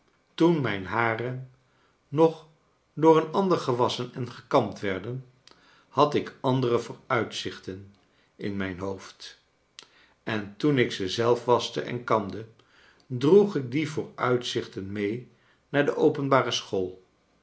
toen mijn haren nog door een ander gewasschen en gekamd werden had ik andere vooruitzichten in mijn hoofd en toen ik ze zelf waschte en kamde droeg ik die vooruitzichten mee naar de openbare school